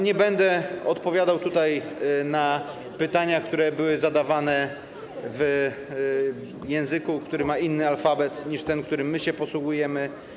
Nie będę odpowiadał na pytania, które były zadawane w języku, który ma inny alfabet niż ten, którym się posługujemy.